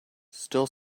still